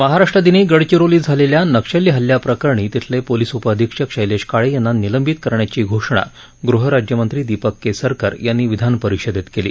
महाराष्ट्रदिनी गडचिरोलित झालेल्या नक्षली हल्ल्याप्रकरणी तिथले पोलीस उपअधिक्षक शैलेश काळे यांना निलंबित करण्याची चोषणा गृहराज्यमंत्री दीपक केसरकर यांनी विधानपरिषदेत केली